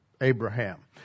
Abraham